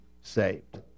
saved